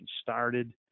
started